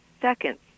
seconds